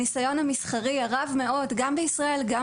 הניסיון המסחרי הרב מאוד גם בישראל וגם